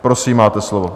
Prosím, máte slovo.